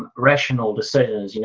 rational decisions. yeah